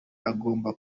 agomba